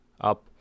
up